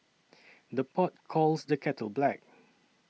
the pot calls the kettle black